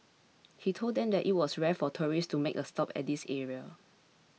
he told them that it was rare for tourists to make a stop at this area